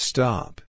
Stop